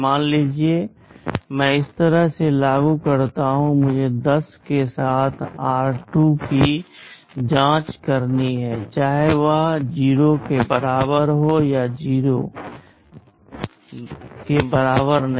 मान लीजिए मैं इस तरह से लागू करता हूं मुझे 10 के साथ r2 की जांच करनी है चाहे वह 0 के बराबर हो या 0 के बराबर नहीं